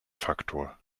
faktor